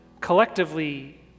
collectively